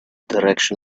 direction